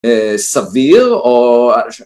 סביר או